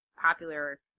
popular